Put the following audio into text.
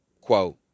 quote